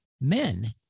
men